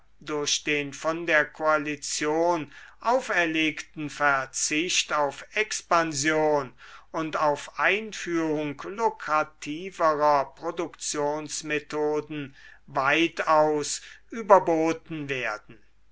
durch den von der koalition auferlegten verzicht auf expansion und auf einführung lukrativerer produktionsmethoden weitaus überboten werden